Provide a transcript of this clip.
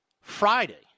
Friday